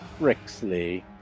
Brixley